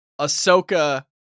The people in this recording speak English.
Ahsoka